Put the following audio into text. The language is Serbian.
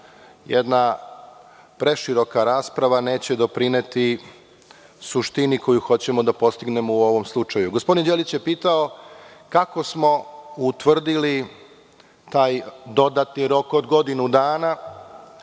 jedna preširoka rasprava neće doprineti suštini koju hoćemo da postignemo u ovom slučaju. Gospodin Đelić je pitao – kako smo utvrdili taj dodatni rok od godinu dana